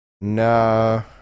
No